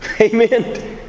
Amen